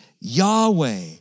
Yahweh